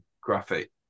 graphic